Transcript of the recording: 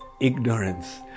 ignorance